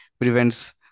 prevents